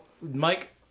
Mike